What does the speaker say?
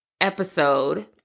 episode